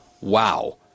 wow